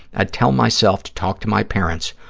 i'd tell myself to talk to my parents,